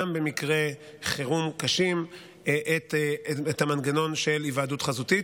במקרי חירום קשים את המנגנון של היוועדות חזותית.